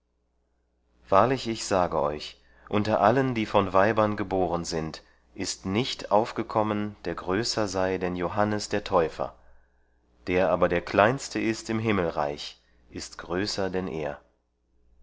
wahrlich ich sage euch unter allen die von weibern geboren sind ist nicht aufgekommen der größer sei denn johannes der täufer der aber der kleinste ist im himmelreich ist größer denn er